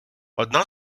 одна